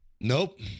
Nope